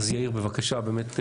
אז יאיר, בבקשה.